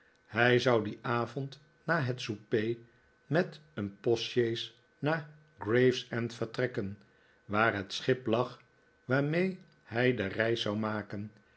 hij zou dien avond na het souper met een postsjees naar gravesend vertrekken waar het schip lag waarmee hij de reis zou makenj